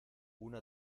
una